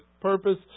purpose